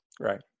right